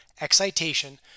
excitation